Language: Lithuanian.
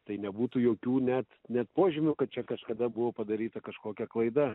tai nebūtų jokių net ne požymių kad čia kažkada buvo padaryta kažkokia klaida